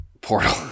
Portal